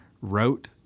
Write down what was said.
wrote